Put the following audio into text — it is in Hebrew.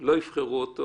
לא יבחרו אותו.